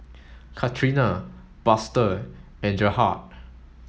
Katrina Buster and Gerhardt